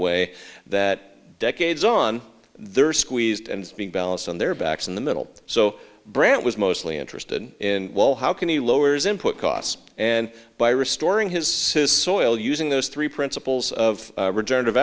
way that decades on their squeezed and being balanced on their backs in the middle so brandt was mostly interested in well how can he lowers input costs and by restoring his says soil using those three principles of re